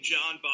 John